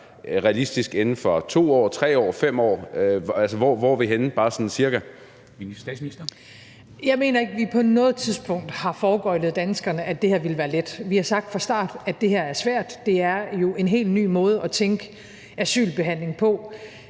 Statsministeren. Kl. 10:56 Statsministeren (Mette Frederiksen): Jeg mener ikke, at vi på noget tidspunkt har foregøglet danskerne, at det her ville være let. Vi har fra starten sagt, at det her er svært. Det er jo en helt ny måde at tænke asylbehandling på,